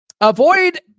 Avoid